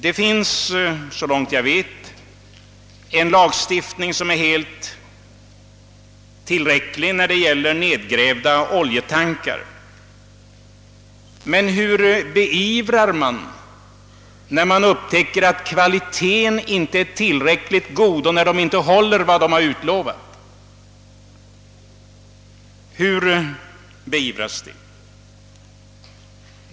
Det finns såvitt jag vet en lagstiftning som är helt tillräcklig när det gäller nedgrävda oljetankar. Men hur beivrar man överträdelser när man upptäcker att kvaliteten på tankarna inte är tillräckligt god och när de inte håller vad som har utlovats?